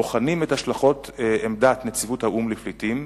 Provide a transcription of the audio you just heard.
בוחנים את השלכות עמדת נציבות האו"ם לפליטים,